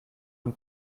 von